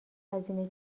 هزینه